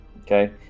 Okay